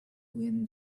when